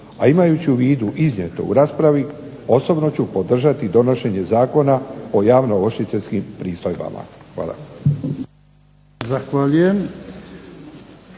a imajući u vidu iznijeto u raspravi, osobno ću podržati donošenje Zakona o javnoovršiteljskim pristojbama. Hvala.